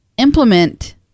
Implement